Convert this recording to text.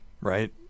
right